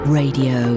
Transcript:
radio